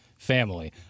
family